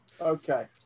Okay